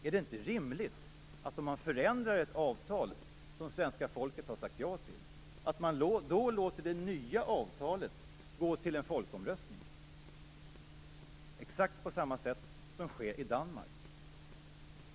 Är det inte rimligt att man, om man förändrar ett avtal som svenska folket har sagt ja till, håller en folkomröstning om det nya avtalet, exakt på samma sätt som i Danmark?